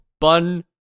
bun